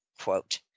quote